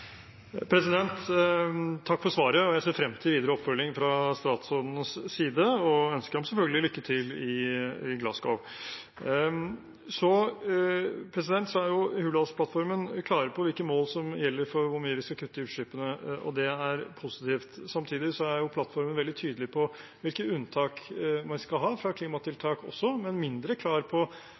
Takk for svaret. Jeg ser frem til videre oppfølging fra statsrådens side og ønsker ham selvfølgelig lykke til i Glasgow. Så er jo Hurdalsplattformen klar på hvilke mål som gjelder for hvor mye vi skal kutte utslippene, og det er positivt. Samtidig er plattformen veldig tydelig på hvilke unntak man skal ha fra klimatiltak også, men mindre klar på